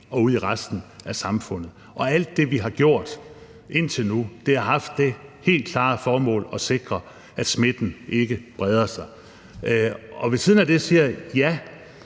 og ud i resten af samfundet. Alt det, vi har gjort indtil nu, har haft det helt klare formål at sikre, at smitten ikke spreder sig. Så siger jeg, at